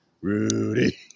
Rudy